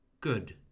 good